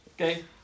okay